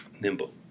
nimble